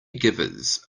givers